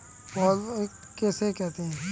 पौध किसे कहते हैं?